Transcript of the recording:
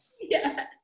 Yes